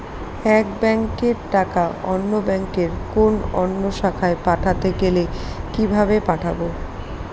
এক ব্যাংকের টাকা অন্য ব্যাংকের কোন অন্য শাখায় পাঠাতে গেলে কিভাবে পাঠাবো?